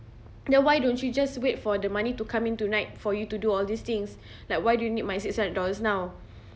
then why don't you just wait for the money to come in tonight for you to do all these things like why do you need my six hundred dollars now